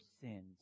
sins